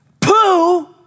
poo